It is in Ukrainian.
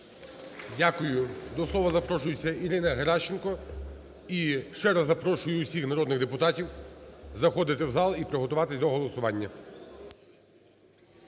Дякую. До слова запрошується Ірина Геращенко. І ще раз запрошую всіх народних депутатів заходити в зал і приготуватися до голосування.